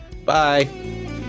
Bye